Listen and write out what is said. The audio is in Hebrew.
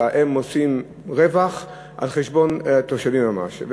אלא הם עושים רווח על חשבון התושבים ממש.